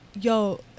yo